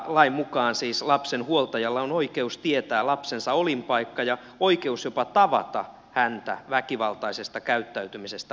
lain mukaan siis lapsen huoltajalla on oikeus tietää lapsensa olinpaikka ja oikeus jopa tavata häntä väkivaltaisesta käyttäytymisestä huolimatta